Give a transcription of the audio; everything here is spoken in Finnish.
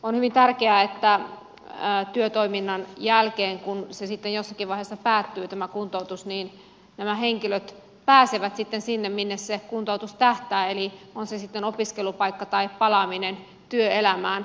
on hyvin tärkeää että työtoiminnan jälkeen kun se sitten jossakin vaiheessa päättyy tämä kuntoutus nämä henkilöt pääsevät sitten sinne minne se kuntoutus tähtää on se sitten opiskelupaikka tai palaaminen työelämään